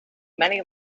many